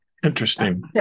Interesting